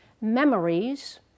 memories